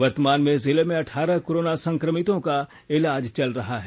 वर्तमान में जिले में अठारह कोरोना संक्रमितों का इलाज चल रहा है